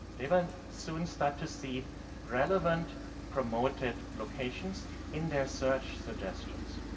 they will soon start to see relevant promoted locations in their search suggestions.